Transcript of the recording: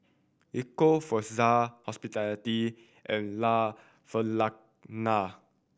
Ecco Fraser Hospitality and La